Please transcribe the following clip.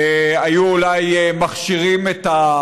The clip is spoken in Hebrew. היו אולי מכשירים את,